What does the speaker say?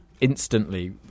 instantly